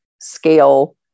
scale